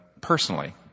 personally